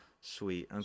Sweet